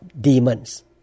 demons